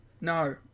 No